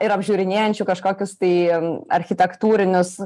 ir apžiūrinėjančių kažkokius tai architektūrinius